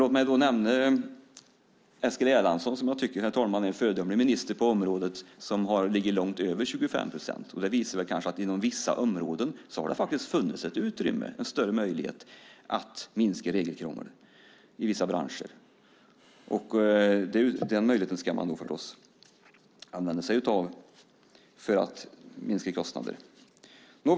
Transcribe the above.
Låt mig nämna Eskil Erlandsson som jag tycker är en föredömlig minister på området. Han ligger på en minskning av regelkrånglet på långt över 25 procent. Det visar kanske att det inom vissa områden och branscher har funnits ett utrymme, större möjligheter, att minska regelkrånglet. Den möjligheten ska man förstås använda sig av för att minska kostnaderna.